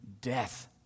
death